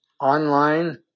online